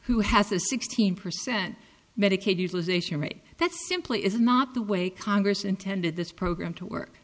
who has a sixteen percent medicaid utilization rate that simply is not the way congress intended this program to work